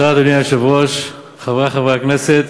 אדוני היושב-ראש, תודה, חברי חברי הכנסת,